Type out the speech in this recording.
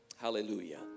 Hallelujah